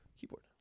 keyboard